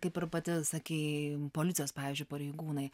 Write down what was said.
kaip ir pati sakei policijos pavyzdžiui pareigūnai